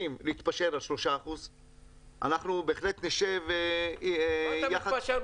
להתפשר על 3%. אנחנו בהחלט נשב --- לגבי סעיף 8(3)